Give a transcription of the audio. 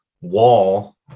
wall